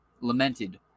Lamented